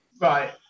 Right